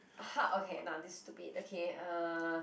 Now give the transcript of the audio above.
!aha! okay now this is stupid okay uh